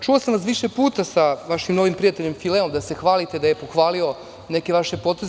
Čuo sam vas više puta sa vašim novim prijateljem Fileom da se hvalite da je pohvalio neke vaše poteze.